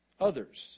others